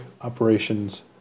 operations